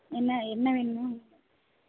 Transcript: என்ன என்ன வேணுமோ உங்களுக்கு